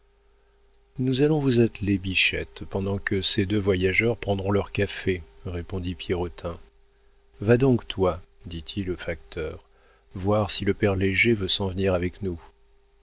nous allons vous atteler bichette pendant que ces deux voyageurs prendront leur café répondit pierrotin va donc toi dit-il au facteur voir si le père léger veut s'en venir avec nous